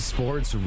Sports